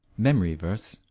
memory verse,